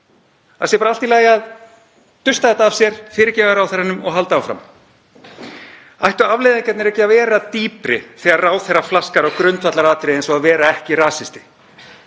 það sé bara allt í lagi að dusta þetta af sér, fyrirgefa ráðherranum og halda áfram? Ættu afleiðingarnar ekki að vera dýpri þegar ráðherra flaskar á grundvallaratriði eins og að vera ekki rasisti?